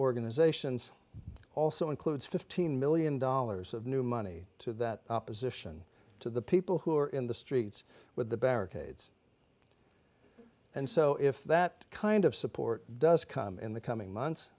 organizations also includes fifteen million dollars of new money to that opposition to the people who are in the streets with the barricades and so if that kind of support does come in the coming